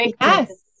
Yes